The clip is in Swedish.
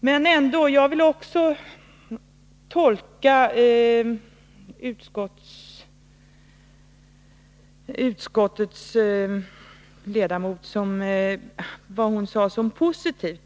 Men jag vill också tolka vad utskottets företrädare sade som positivt.